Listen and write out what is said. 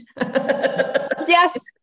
Yes